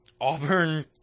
Auburn